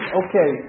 okay